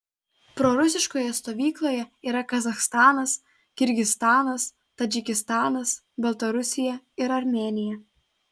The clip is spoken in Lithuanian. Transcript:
prorusiškoje stovykloje yra kazachstanas kirgizstanas tadžikistanas baltarusija ir armėnija